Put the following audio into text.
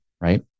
right